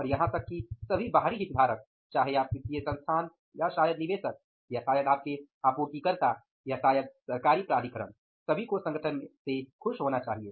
और यहां तक कि सभी बाहरी हितधारक चाहे आप वित्तीय संस्थान या शायद निवेशक या शायद आपके आपोर्तिकर्ता या शायद सरकारी प्राधिकरण सभी को संगठन से खुश होना चाहिए